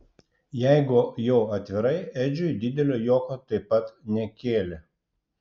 jeigu jau atvirai edžiui didelio juoko taip pat nekėlė